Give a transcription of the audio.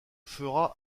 fera